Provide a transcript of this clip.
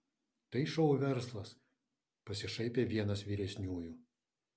tai šou verslas pasišaipė vienas vyresniųjų